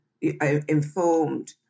informed